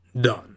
done